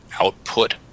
output